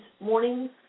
morning